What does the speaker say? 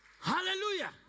Hallelujah